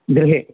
गृहे